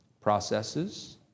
Processes